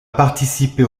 participé